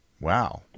Wow